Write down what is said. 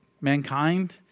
mankind